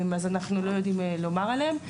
אז אנחנו לא יודעים לומר עליהם.